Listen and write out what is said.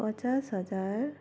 पचास हजार